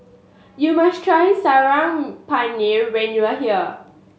you must try Saag Paneer when you are here